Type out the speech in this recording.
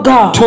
God